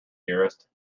dearest